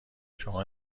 شما